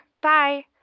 Bye